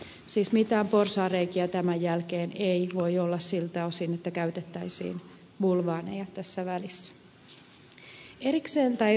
siis mitään porsaanreikiä tämän jälkeen ei voi olla siltä osin että käytettäisiin bulvaaneja tässä välissä tai rahanpesua